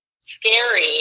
scary